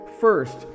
First